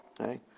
Okay